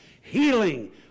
healing